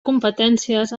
competències